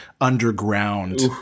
underground